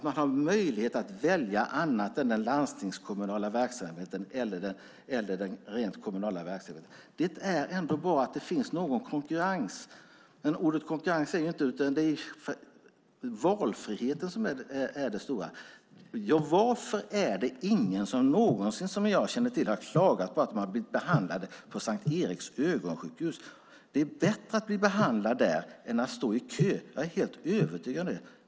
Man har möjlighet att välja något annat än den landstingskommunala verksamheten eller den rent kommunala verksamheten. Det är bra att det finns konkurrens, men valfriheten är det stora. Jag känner inte till att någon någonsin har klagat på att de har blivit behandlade på S:t Eriks Ögonsjukhus. Det är bättre att bli behandlad där än att stå i kö. Jag är helt övertygad om det.